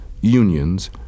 unions